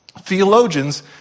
theologians